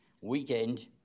weekend